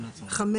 (5)